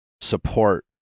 support